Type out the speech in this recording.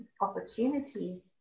opportunities